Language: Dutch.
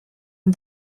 een